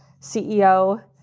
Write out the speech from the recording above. CEO